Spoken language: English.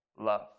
love